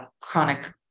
chronic